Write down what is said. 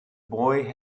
boy